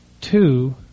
two